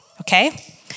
okay